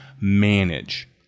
manage